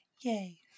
Yay